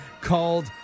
called